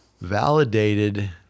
validated